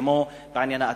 כמו בעניין האתרים,